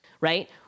Right